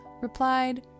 replied